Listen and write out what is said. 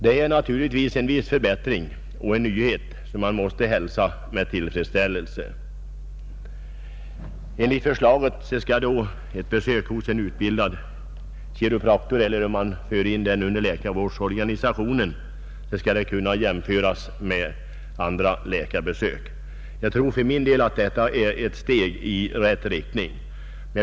Det är naturligtvis en förbättring och en nyhet som hälsas med tillfredsställelse. Enligt förslaget skall besök hos utbildade chiropraktorer, om dessa förs in under läkarvårdsorganisationen, kunna jämföras med andra läkarbesök. Det tror jag är ett steg i rätt riktning.